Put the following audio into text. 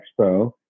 Expo